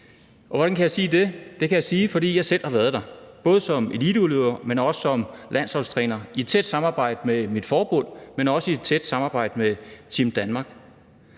Hvordan kan jeg sige det? Det kan jeg sige, fordi jeg selv har været der, både som eliteudøver, men også som landsholdstræner i et tæt samarbejde med mit forbund, men også i et tæt samarbejde med Team Danmark.